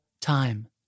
time